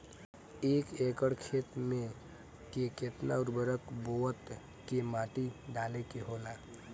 एक एकड़ खेत में के केतना उर्वरक बोअत के माटी डाले के होला?